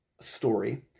story